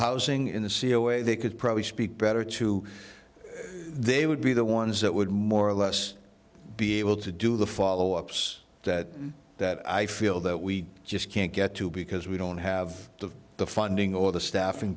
housing in the c e o way they could probably speak better to they would be the ones that would more or less be able to do the follow ups that that i feel that we just can't get to because we don't have the funding or the staffing